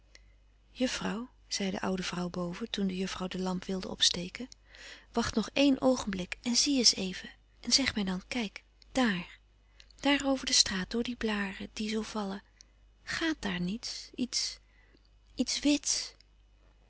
zei de oude vrouw boven toen de juffrouw de lamp wilde opsteken wacht nog een oogenblik en zie eens even en zeg mij dan kijk dàar daar over de straat door die blâren die zoo vallen gàat daar niets iets iets wits